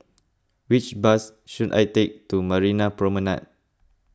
which bus should I take to Marina Promenade